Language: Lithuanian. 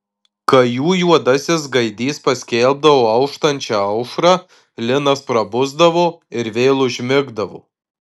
kai jų juodasis gaidys paskelbdavo auštančią aušrą linas prabusdavo ir vėl užmigdavo